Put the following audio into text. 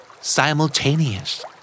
Simultaneous